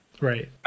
Right